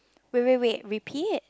wait wait wait repeat it